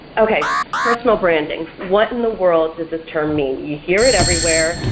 okay personal branding, what in the world does this term mean? you hear it everywhere,